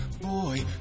boy